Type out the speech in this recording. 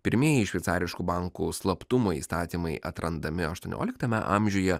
pirmieji šveicariškų bankų slaptumo įstatymai atrandami aštuonioliktame amžiuje